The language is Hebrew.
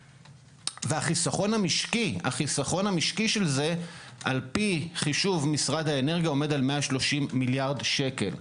החיסכון המשקי של זה על פי חישוב משרד האנרגיה עומד על 130 מיליארד שקל.